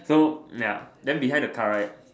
so ya then behind the car right